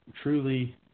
truly